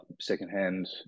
secondhand